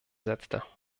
setzte